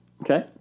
Okay